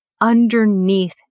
underneath